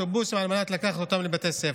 אוטובוסים על מנת לקחת אותם לבתי הספר,